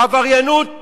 העבריינות,